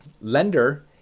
lender